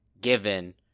given